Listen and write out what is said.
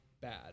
bad